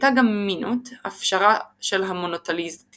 הייתה גם מינות הפשרה של המונותליטיזם,